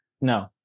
No